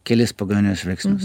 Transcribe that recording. kelis pagrindinius veiksnius